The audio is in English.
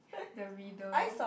the riddle